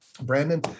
Brandon